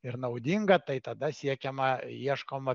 ir naudinga tai tada siekiama ieškoma